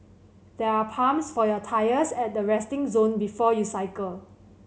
there are pumps for your tyres at the resting zone before you cycle